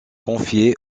confiée